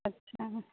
अच्छा